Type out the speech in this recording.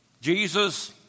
Jesus